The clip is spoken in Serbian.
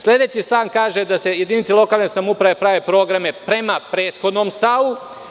Sledeći stav kaže da će jedinice lokalne samouprave praviti programe prema prethodnom stavu.